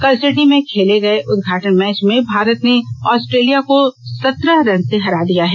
कल सिडनी में खेले गए उदघाटन मैच में भारत ने ऑस्ट्रेलिया को सत्रह रन से हरा दिया है